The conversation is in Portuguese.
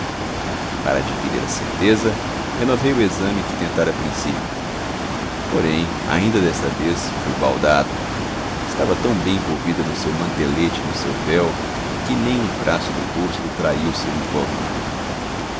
para adquirir a certeza renovei o exame que tentara a princípio porém ainda desta vez foi baldado estava tão bem envolvida no seu mantelete e no seu véu que nem um traço do rosto traía o seu incógnito